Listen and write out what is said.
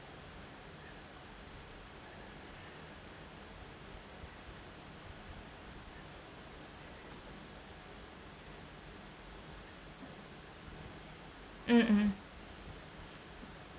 mmhmm